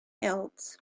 else